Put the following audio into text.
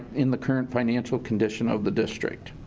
in the current financial condition of the district.